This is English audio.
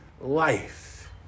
life